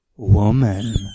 Woman